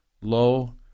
lo